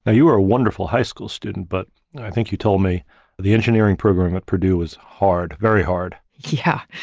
ah you were a wonderful high school student. but i think you told me the engineering program at purdue is hard, very hard. yeah.